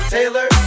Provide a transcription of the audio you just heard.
Taylor